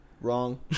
Wrong